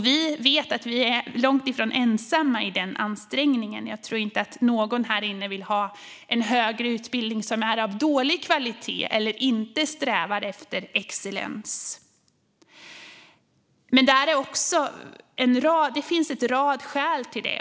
Vi vet att vi är långt ifrån ensamma i den ansträngningen - jag tror inte att det är någon här inne som vill ha en högre utbildning av dålig kvalitet eller som inte strävar efter excellens - men det finns en rad skäl till detta.